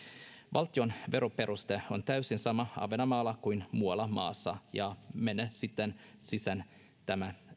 valtionveron peruste on täysin sama ahvenanmaalla kuin muualla maassa ja menee siten tämän